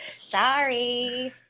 Sorry